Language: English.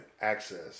access